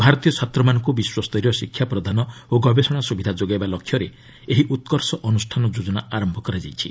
ଭାରତୀୟ ଛାତ୍ରମାନଙ୍କୁ ବିଶ୍ୱସ୍ତରୀୟ ଶିକ୍ଷା ପ୍ରଦାନ ଓ ଗବେଷଣା ସୁବିଧା ଯୋଗାଇବା ଲକ୍ଷ୍ୟରେ ଏହି ଉତ୍କର୍ଷ ଅନୁଷ୍ଠାନ ଯୋଜନା ଆରମ୍ଭ କରାଯାଇଛି